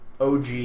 OG